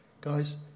guys